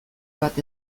bat